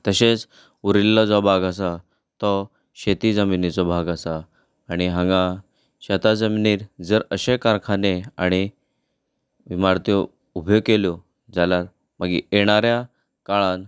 तशेंच उरिल्लो जो भाग आसा तो शेती जमनीचो भाग आसा आनी हांगा शेता जमनीर जर अशे कारखाने आनी इमारत्यो उब्यो केल्यो जाल्यार मागीर येणाऱ्या काळांत